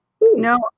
No